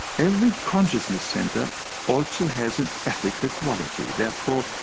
every consciousness center also has an ethical quality. therefore,